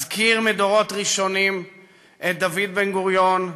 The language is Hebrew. אזכיר מדורות ראשונים את דוד בן-גוריון,